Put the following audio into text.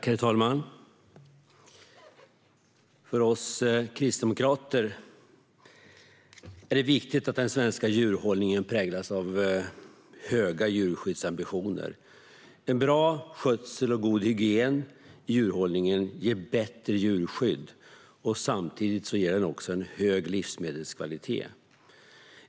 Herr talman! För oss kristdemokrater är det viktigt att den svenska djurhållningen präglas av höga djurskyddsambitioner. En bra skötsel och god hygien i djurhållningen ger bättre djurskydd och samtidigt hög livsmedelskvalitet.